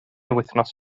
wythnos